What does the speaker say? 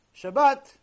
Shabbat